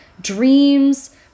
dreams